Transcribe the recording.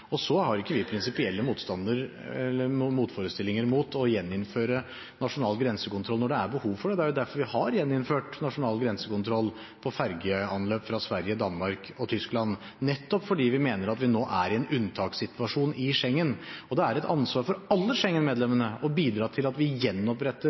yttergrensekontrollen. Så har ikke vi noen prinsipielle motforestillinger mot å gjeninnføre nasjonal grensekontroll når det er behov for det. Det er derfor vi har gjeninnført nasjonal grensekontroll for fergeanløp fra Sverige, Danmark og Tyskland, nettopp fordi vi mener at vi nå er i en unntakssituasjon i Schengen. Og det er et ansvar hos alle